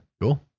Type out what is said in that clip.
Cool